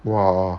!wah!